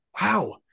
wow